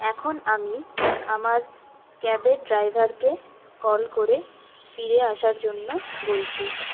এখন আমি আমার ক্যাবের ড্রাইভারকে কল করে ফিরে আসার জন্য বলছি